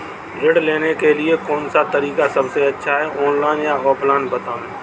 ऋण लेने के लिए कौन सा तरीका सबसे अच्छा है ऑनलाइन या ऑफलाइन बताएँ?